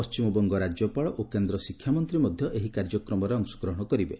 ପଶ୍ଚିମବଙ୍ଗ ରାଜ୍ୟପାଳ ଓ କେନ୍ଦ୍ର ଶିକ୍ଷାମନ୍ତ୍ରୀ ମଧ୍ୟ ଏହି କାର୍ଯ୍ୟକ୍ରମରେ ଅଂଶଗ୍ରହଣ କରିବେ